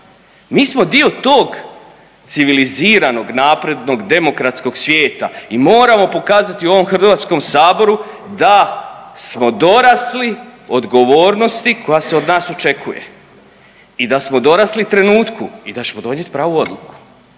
Mi smo dio tog civiliziranog, naprednog, demokratskog svijeta i moramo pokazati u ovom Hrvatskom saboru da smo dorasli odgovornosti koja se od nas očekuje. I da smo dorasli trenutku i da ćemo donijeti pravu odluku.